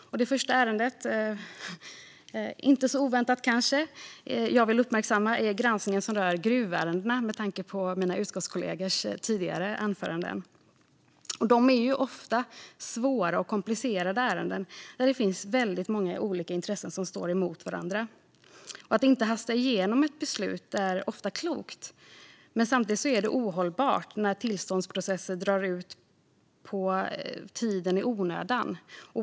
Det första ärendet jag vill uppmärksamma är granskningen som rör gruvärenden - det är kanske inte så oväntat, med tanke på mina utskottskollegors tidigare anföranden. Det är ofta svåra och komplicerade ärenden, där det finns väldigt många intressen som står emot varandra. Att inte hasta igenom ett beslut är ofta klokt, men samtidigt är det ohållbart när tillståndsprocesser drar ut på tiden i onödan.